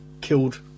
killed